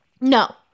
No